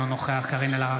אינו נוכח קארין אלהרר,